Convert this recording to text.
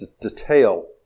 detail